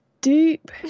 Deep